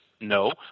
No